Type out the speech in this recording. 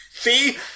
See